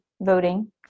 voting